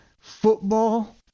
football